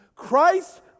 Christ